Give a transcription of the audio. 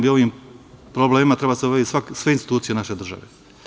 Ovim problemima treba da se bave sve institucije naše države.